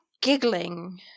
Giggling